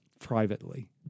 privately